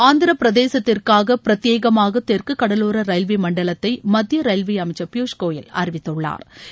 ஆந்திரப் பிரதேசத்திற்காக பிரத்யேகமாக தெற்கு கடரோர ரயில்வே மண்டலத்தை மத்திய ரயில்வே அமைச்சர் பியூஷ்கோயல் அறிவித்துள்ளாா்